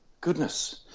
goodness